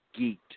geeked